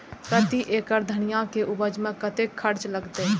प्रति एकड़ धनिया के उपज में कतेक खर्चा लगते?